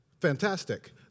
Fantastic